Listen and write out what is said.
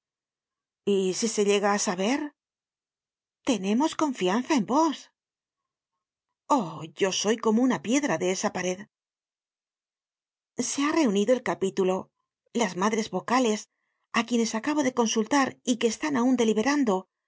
y si se llega á saber tenemos confianza en vos oh yo soy como una piedra de esa pared se ha reunido el capítulo las madres vocales á quienes acabo de consultar y que están aun deliberando